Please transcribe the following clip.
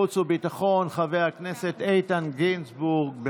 וביטחון חבר הכנסת איתן גינזבורג.